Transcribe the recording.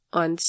on